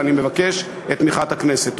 ואני מבקש את תמיכת הכנסת.